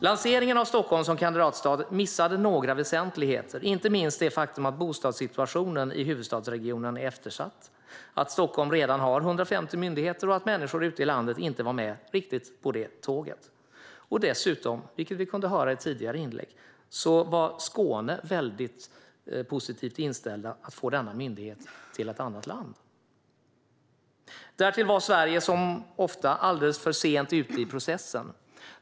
Lanseringen av Stockholm som kandidatstad missade några väsentligheter - inte minst att bostadssituationen i huvudstadsregionen är eftersatt, att Stockholm redan har 150 myndigheter och att människor ute i landet inte riktigt var med på det tåget. Dessutom, vilket vi kunde höra i ett tidigare inlägg, var Skåne positivt inställt till att få denna myndighet till ett annat land. Därtill var Sverige, som så ofta, alldeles för sent ute i processen.